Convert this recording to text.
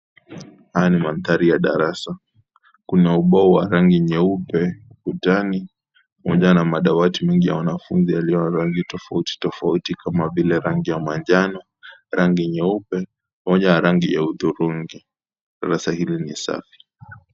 Haya ni maandhari ya darasa. Kuna ubao wa rangi nyeupe ukutani pamoja na madawati mingi ya wanafunzi yaliyo na rangi tofauti tofauti kama vile, rangi ya manjano, rangi nyeupe, pamoja na ranhiya udhurungi. Darasa hili nisafi.